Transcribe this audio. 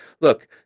look